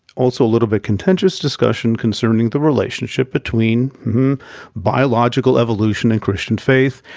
also a little bit contentious discussion concerning the relationship between biological evolution and christian faith.